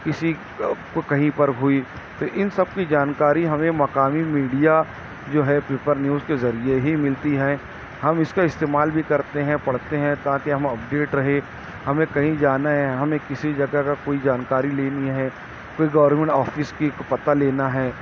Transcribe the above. کسی کو کہیں پر ہوئی تو ان سب کی جانکاری ہمیں مقامی میڈیا جو ہے پیپر نیوز کے ذریعے ہی ملتی ہیں ہم اس کا استعمال بھی کرتے ہیں پڑھتے ہیں تاکہ ہم اپڈیٹ رہیں ہمیں کہی جانا ہے ہمیں کسی جگہ کا کوئی جانکاری لینی ہے کوئی گورمینٹ آفس کا پتہ لینا ہے